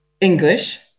English